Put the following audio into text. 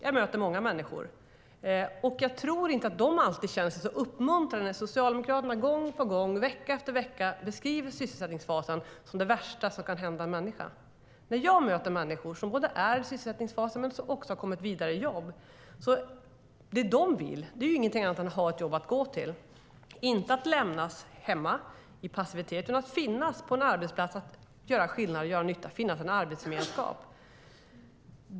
Jag möter många människor, och jag tror inte att de alltid känner sig uppmuntrade när Socialdemokraterna gång på gång, vecka efter vecka, beskriver sysselsättningsfasen som det värsta som kan hända en människa. Jag möter människor som är i sysselsättningsfasen men också människor som har kommit vidare i jobb. De vill ingenting annat än att ha ett jobb att gå till. De vill inte lämnas hemma i passivitet, utan de vill finnas på en arbetsplats, göra skillnad och göra nytta. De vill finnas i en arbetsgemenskap.